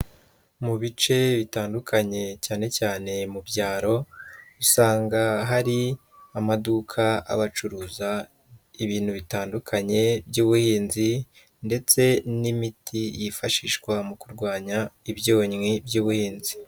Mu bice bitandukanye, cyane cyane mu byaro, usanga hari amaduka, aba acuruza ibintu bitandukanye by'ubuhinzi, ndetse n'imiti yifashishwa mu kurwanya, ibyonnyi by'ubuhinzi.